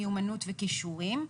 מיומנות וכישורים.